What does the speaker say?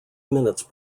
minutes